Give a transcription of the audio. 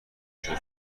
شدی